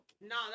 No